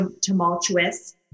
tumultuous